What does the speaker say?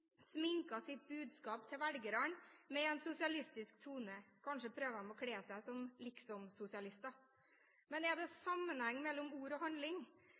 sminker sitt budskap til velgerne med en sosialistisk tone. Kanskje prøver de å kle seg som liksom-sosialister? Men er det sammenheng mellom ord og handling?